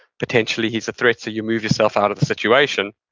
potentially he's a threat so you move yourself out of the situation,